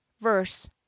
verse